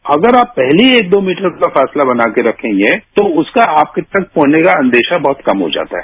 तो अगर आप पहले ही एक दो मीटर का फासला बनाकर के रखेंगे तो उसका आपके पास होने का अंदेशा कम हो जाता है